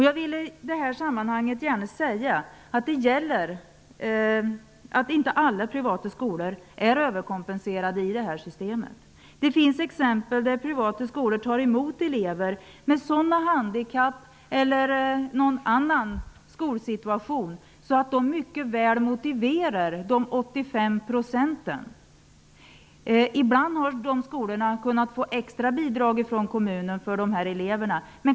Jag vill i det här sammanhanget gärna säga att inte alla privata skolor är överkompenserade i det här systemet. Det finns exempel på att privata skolor tar emot elever med handikapp eller någon annan skolsituation som gör att de mycket väl motiverar de 85 procenten. Ibland, men kanske inte alltid, har de skolorna kunnat få extra bidrag från kommunen för de här eleverna.